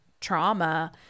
trauma